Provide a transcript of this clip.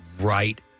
right